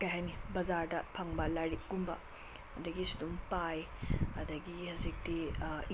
ꯀꯩꯍꯥꯏꯅꯤ ꯕꯖꯥꯔꯗ ꯐꯪꯕ ꯂꯥꯏꯔꯤꯛꯀꯨꯝꯕ ꯑꯗꯨꯗꯒꯤꯁꯨ ꯑꯗꯨꯝ ꯄꯥꯏ ꯑꯗꯨꯗꯒꯤ ꯍꯧꯖꯤꯛꯇꯤ